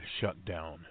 shutdown